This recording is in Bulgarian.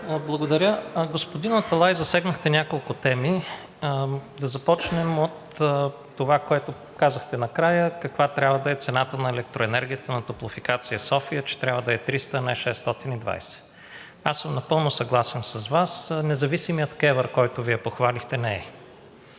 Благодаря. Господин Аталай, засегнахте няколко теми. Да започнем от това, което казахте накрая, каква трябва да е цената на електроенергията на Топлофикация – София, че трябва да е 300, а не 620. Напълно съм съгласен с Вас, независимият КЕВР, който Вие похвалихте, не е.